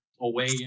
away